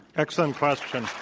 excellent question.